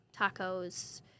tacos